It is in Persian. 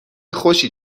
خوشی